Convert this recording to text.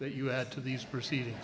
that you add to these proceeding